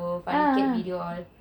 ah ah ah